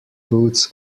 boots